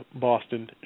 Boston